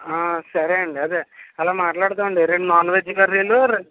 సరే అండి అదే అలా మాట్లాడుదామండి రెండు నాన్ వెజ్జులు కర్రీలు రెండు